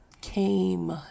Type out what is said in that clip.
came